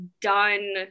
done